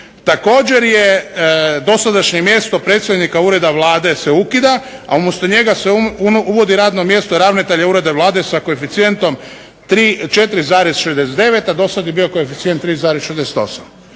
također je dosadašnje mjesto predsjednika ureda Vlade se ukida, a umjesto njega se uvodi radno mjesto ravnatelja ureda Vlade sa koeficijentom 4,69, a do sada je bio koeficijent 3,68.